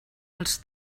els